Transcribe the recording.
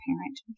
parent